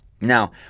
now